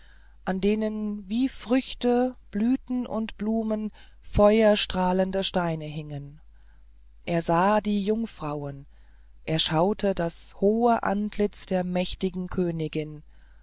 an denen wie früchte blüten und blumen feuerstrahlende steine hingen er sah die jungfrauen er schaute das hohe antlitz der mächtigen königin